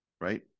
right